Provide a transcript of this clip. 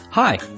Hi